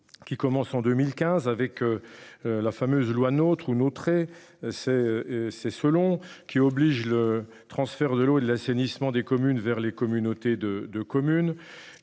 qui commence en 2015 avec. La fameuse loi notre ou. C'est, c'est selon, qui oblige le transfert de l'eau et de l'assainissement des communes vers les communautés de de communes